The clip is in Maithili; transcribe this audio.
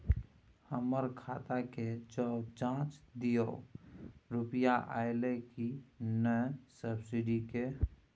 हमर खाता के ज जॉंच दियो रुपिया अइलै की नय सब्सिडी के?